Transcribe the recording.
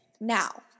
Now